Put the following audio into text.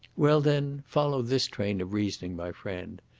well, then, follow this train of reasoning, my friend!